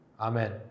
Amen